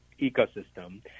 ecosystem